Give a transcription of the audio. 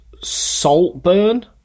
Saltburn